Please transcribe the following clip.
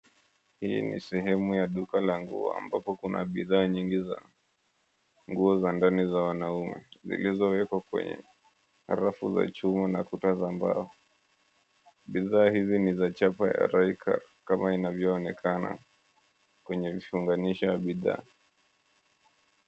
Hii ni sehemu ya duka la nguo ambapo kuna bidhaa nyingi za nguo za ndani za wanaume zilizowekwa kwenye rafu za chuma na kuta za mbao. Bidhaa hizi ni za chapa ya Raika kama inavyoonekana kwenye vifunganishi ya bidhaa.